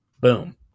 Boom